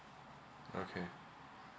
okay